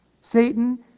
Satan